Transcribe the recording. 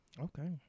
Okay